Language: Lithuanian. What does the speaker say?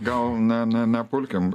gal ne ne nepulkim